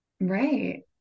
Right